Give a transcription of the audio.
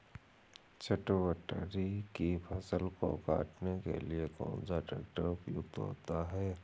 चटवटरी की फसल को काटने के लिए कौन सा ट्रैक्टर उपयुक्त होता है?